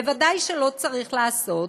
ודאי שלא צריך לעשות,